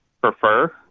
prefer